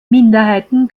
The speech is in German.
minderheiten